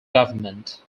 government